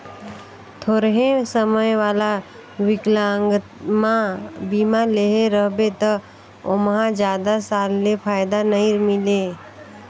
थोरहें समय वाला विकलांगमा बीमा लेहे रहबे त ओमहा जादा साल ले फायदा नई मिले